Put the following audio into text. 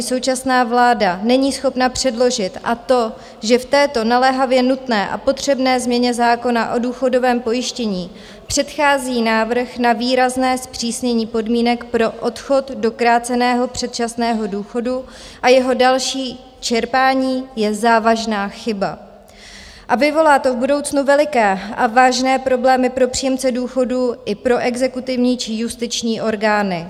Je nehorázné, že ji současná vláda není schopna předložit, a to, že v této naléhavě nutné a potřebné změně zákona o důchodovém pojištění předchází návrh na výrazné zpřísnění podmínek pro odchod do kráceného předčasného důchodu a jeho další čerpání, je závažná chyba a vyvolá to v budoucnu veliké a vážné problémy pro příjemce důchodů i pro exekutivní či justiční orgány.